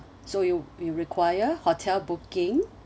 so you you require hotel booking